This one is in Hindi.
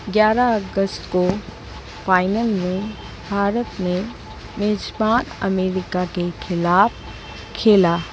ग्यारह अगस्त को फाइनल में भारत ने मेज़बान अमेरिका के खिलाफ खेला